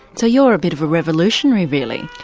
so you're a bit of a revolutionary really.